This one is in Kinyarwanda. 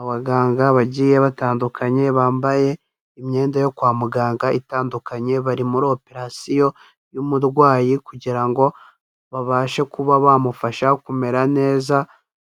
Abaganga bagiye batandukanye bambaye imyenda yo kwa muganga itandukanye, bari muri operation y'umurwayi kugira ngo babashe kuba bamufasha kumera neza,